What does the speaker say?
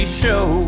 show